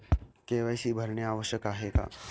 KYC भरणे आवश्यक आहे का?